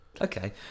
okay